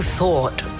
thought